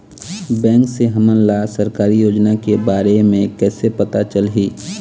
Bank से हमन ला सरकारी योजना के बारे मे कैसे पता चलही?